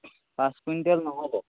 পাঁচ কুইণ্টেল নহ'ব